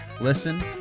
listen